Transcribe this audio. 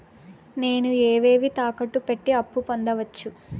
నేను ఏవేవి తాకట్టు పెట్టి అప్పు పొందవచ్చు?